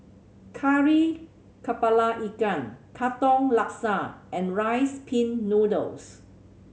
Kari Kepala Ikan Katong Laksa and Rice Pin Noodles